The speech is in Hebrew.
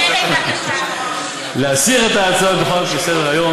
18% להסיר את הצעות החוק מסדר-היום.